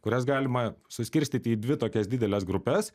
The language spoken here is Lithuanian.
kurias galima suskirstyti į dvi tokias dideles grupes